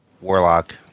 warlock